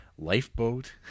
Lifeboat